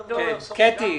הפריפריה.